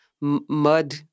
mud